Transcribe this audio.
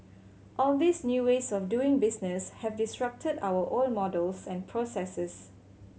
all these new ways of doing business have disrupted our old models and processes